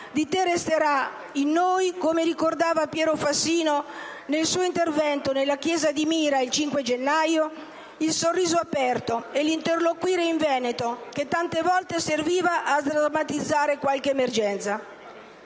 Di te resterà in noi, come ricordava Piero Fassino nel suo intervento nella Chiesa di Mira il 5 gennaio, il sorriso aperto e l'interloquire in veneto che tante volte serviva a sdrammatizzare qualche emergenza.